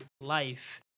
life